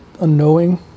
unknowing